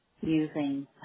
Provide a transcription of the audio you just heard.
using